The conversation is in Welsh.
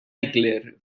eglur